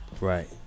Right